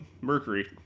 Mercury